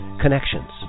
Connections